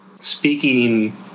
speaking